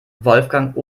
wolfgang